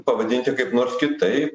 pavadinti kaip nors kitai